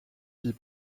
fit